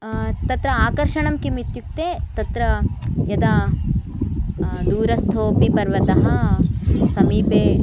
तत्र आकर्षणं किम् इत्युक्ते तत्र यदा दूरस्थोपि पर्वतः समीपे